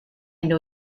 know